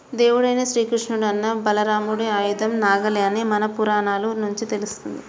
దేవుడైన శ్రీకృష్ణుని అన్న బలరాముడి ఆయుధం నాగలి అని మన పురాణాల నుంచి తెలుస్తంది